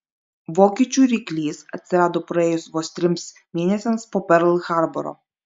vokiečių ryklys atsirado praėjus vos trims mėnesiams po perl harboro